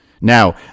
Now